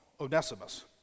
Onesimus